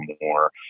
more